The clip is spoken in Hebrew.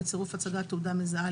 בצירוף הצגת תעודה מזהה,